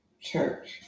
church